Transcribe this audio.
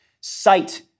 sight